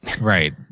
Right